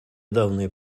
давние